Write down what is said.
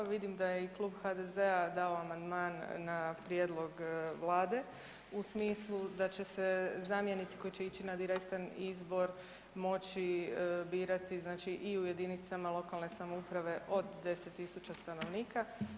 Vidim da je i Klub HDZ-a dao amandman na prijedlog Vlade u smislu da će se zamjenici koji će ići na direktan izbor moći birati znači i u jedinicama lokalne samouprave od 10 tisuća stanovnika.